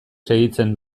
segitzen